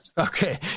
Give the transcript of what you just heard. Okay